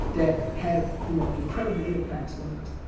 that have, you know, incredible impacts on us.